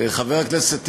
חבר הכנסת טיבי,